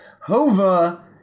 Hova